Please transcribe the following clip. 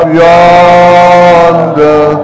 yonder